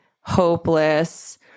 hopeless